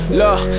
Look